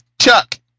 Chuck